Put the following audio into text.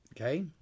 Okay